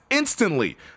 Instantly